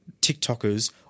TikTokers